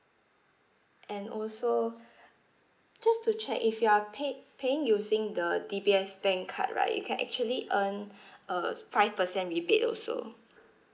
and also just to check if you are paid paying using the D_B_S bank card right you can actually earn uh five percent rebate also